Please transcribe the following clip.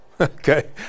Okay